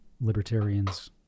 libertarians